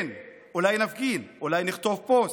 כן, אולי נפגין, אולי נכתוב פוסט,